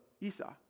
Esau